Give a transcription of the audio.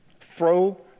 Throw